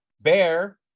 Bear